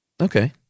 Okay